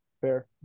fair